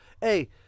Hey